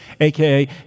aka